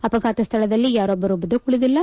ಅಪಘಾತದ ಸ್ವಳದಲ್ಲಿ ಯಾರೊಬ್ಬರೂ ಬದುಕುಳಿದಿಲ್ಲ